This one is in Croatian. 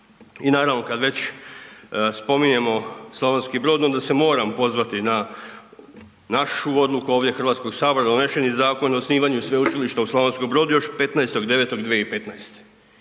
I naravno kad već spominjemo Slavonski Brod onda se moram pozvati na našu odluku ovdje HS, donešeni Zakon o osnivanju Sveučilišta u Slavonskom Brodu još 15.9.2015.